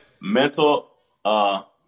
mental